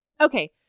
Okay